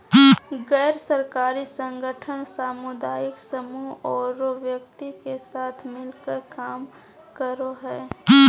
गैर सरकारी संगठन सामुदायिक समूह औरो व्यक्ति के साथ मिलकर काम करो हइ